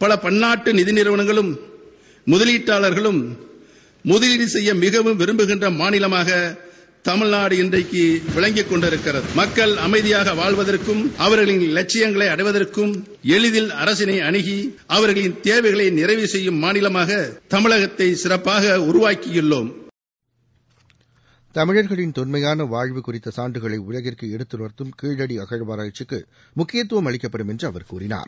பல பன்னாட்டு நிதி நிறவனங்களும் முதலீட்டாளா்களும் முதலீடு செய்ய மிகவும் விரும்புகின்ற மாநிலமாக தமிழ்நாடு இன்று விளங்கிக் கொண்டிருக்கிறது மக்கள் அதையாக வாழ்வதற்கும் அவர்களின் வட்சியங்களை அடைவதற்கும் எளிதில் அரசினை அனுகி அவர்களின் தேவைகளை நிறைவு செய்யும் மாநிலமாக தமிழகத்தை சிறப்பாக உருவாக்கியுள்ளோம் தமிழக்களின் தொன்மையான வாழ்வு குறித்த சான்றுகளை உலகிற்கு எடுத்துணர்த்தும் கீழடி அகழ்வாராய்ச்சிக்கு முக்கியத்துவம் அளிக்கப்படும் என்று அவர் கூறினார்